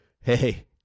hey